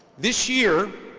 this year,